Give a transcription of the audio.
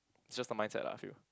is just the mindset lah I feel